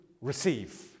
receive